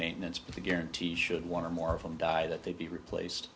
maintenance but the guarantee should one or more of them die that they be replaced